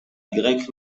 grec